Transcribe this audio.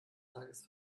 tages